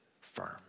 firm